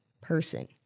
person